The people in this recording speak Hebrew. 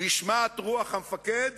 נשמעת רוח המפקד